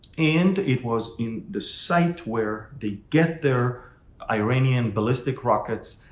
and it was in the site where they get their iranian ballistic rockets